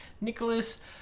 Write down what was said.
Nicholas